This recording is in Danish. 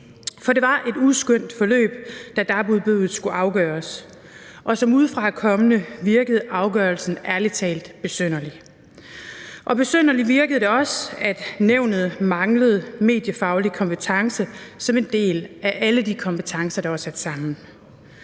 For det var et uskønt forløb, da dab-udbuddet skulle afgøres, og som udefrakommende virkede afgørelsen ærlig talt besynderlig. Og besynderligt virkede det også, at nævnet manglede mediefaglig kompetence som en del af alle de kompetencer, der var sat sammen.